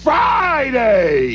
Friday